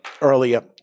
earlier